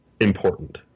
important